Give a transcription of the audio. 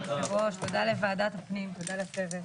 הישיבה ננעלה בשעה 15:40.